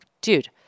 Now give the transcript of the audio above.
Dude